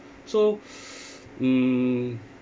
so mm